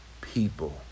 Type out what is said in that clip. people